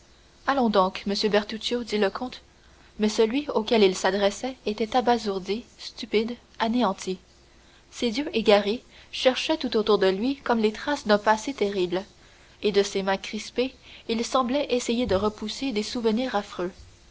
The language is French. allons donc monsieur bertuccio dit le comte mais celui auquel il s'adressait était abasourdi stupide anéanti ses yeux égarés cherchaient tout autour de lui comme les traces d'un passé terrible et de ses mains crispées il semblait essayer de repousser des souvenirs